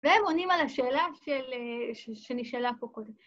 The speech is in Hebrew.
והם עונים על השאלה שנשאלה פה קודם.